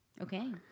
Okay